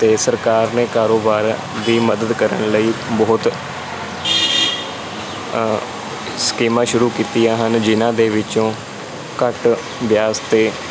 ਅਤੇ ਸਰਕਾਰ ਨੇ ਕਾਰੋਬਾਰ ਦੀ ਮਦਦ ਕਰਨ ਲਈ ਬਹੁਤ ਸਕੀਮਾਂ ਸ਼ੁਰੂ ਕੀਤੀਆਂ ਹਨ ਜਿਹਨਾਂ ਦੇ ਵਿੱਚੋਂ ਘੱਟ ਵਿਆਜ 'ਤੇ